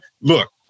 look